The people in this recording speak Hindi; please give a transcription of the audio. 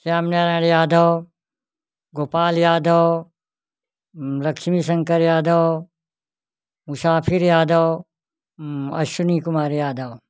श्यामनारायण यादव गोपाल यादव लक्ष्मी शंकर यादव मुसफ़ी यादव अश्विनी कुमार यादव